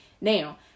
now